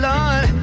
Lord